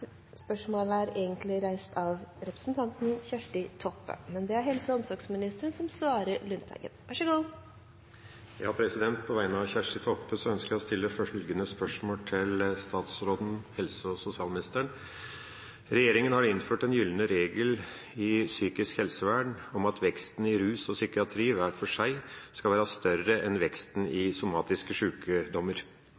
Lundteigen. På vegne av Kjersti Toppe ønsker jeg å stille følgende spørsmål til helse- og sosialministeren: «Regjeringen har innført «den gylne regel» i psykisk helsevern om at veksten i rus og psykiatri, hver for seg, skal være større enn veksten i